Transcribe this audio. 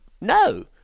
No